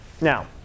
Now